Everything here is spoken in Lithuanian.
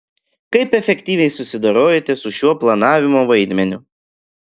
kaip efektyviai susidorojote su šiuo planavimo vaidmeniu